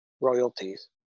royalties